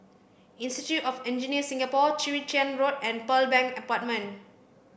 Institute of Engineers Singapore Chwee Chian Road and Pearl Bank Apartment